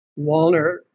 Walner